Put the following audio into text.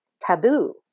taboo